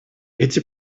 эти